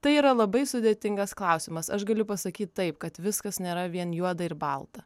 tai yra labai sudėtingas klausimas aš galiu pasakyt taip kad viskas nėra vien juoda ir balta